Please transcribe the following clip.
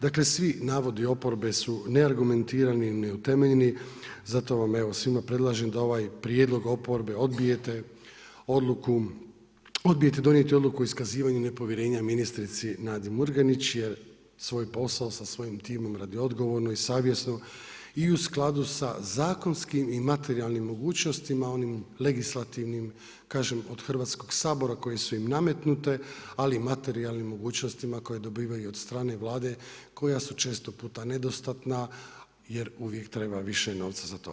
Dakle, svi navodi oporbe su neargumentirani, neutemeljeni zato vam evo svima predlažem da ovaj prijedlog oporbe odbijete, odbijete donijeti odluku o iskazivanju nepovjerenja ministrici Nadi Murganić jer svoj posao sa svojim timom radi odgovorno i savjesno i u skladu sa zakonskim i materijalnim mogućnostima, onim legislativnim kažem od Hrvatskog sabora koje su im nametnute ali i materijalnim mogućnostima koje dobivaju od strane Vlade koja su često puta nedostatna jer uvijek treba više novca za to.